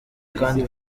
kandi